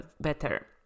better